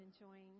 enjoying